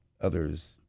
others